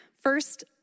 First